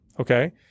Okay